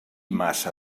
massa